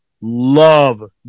love